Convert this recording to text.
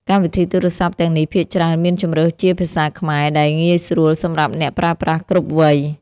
កម្មវិធីទូរសព្ទទាំងនេះភាគច្រើនមានជម្រើសជាភាសាខ្មែរ ដែលងាយស្រួលសម្រាប់អ្នកប្រើប្រាស់គ្រប់វ័យ។